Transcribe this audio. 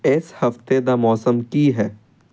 ਇਸ ਹਫ਼ਤੇ ਦਾ ਮੌਸਮ ਕੀ ਹੈ